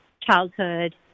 childhood